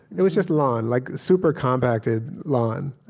it was just lawn, like super-compacted lawn.